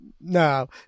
no